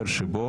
יבוא